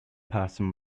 person